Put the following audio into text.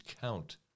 count